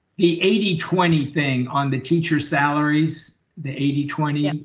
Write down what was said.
the eighty twenty thing on the teacher's salaries. the eighty twenty and